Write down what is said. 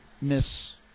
Miss